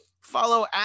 follow